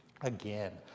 again